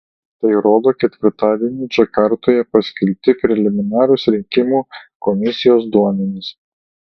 tai rodo ketvirtadienį džakartoje paskelbti preliminarūs rinkimų komisijos duomenys